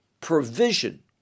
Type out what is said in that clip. provision